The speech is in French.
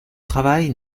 travail